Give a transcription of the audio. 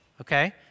okay